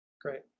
Great